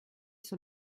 sur